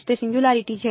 તે સિંગયુંલારીટી છે